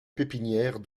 pépinière